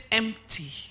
empty